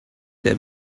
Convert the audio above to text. their